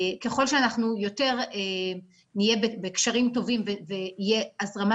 ככל ואנחנו נהיה בקשרים טובים ותהיה הזרמה